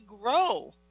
grow